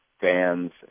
fans